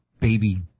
baby